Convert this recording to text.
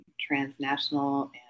transnational